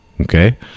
okay